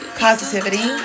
positivity